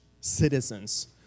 citizens